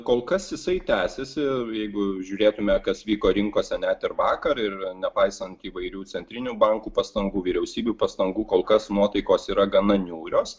kol kas jisai tęsiasi jeigu žiūrėtume kas vyko rinkose net ir vakar ir nepaisant įvairių centrinių bankų pastangų vyriausybių pastangų kol kas nuotaikos yra gana niūrios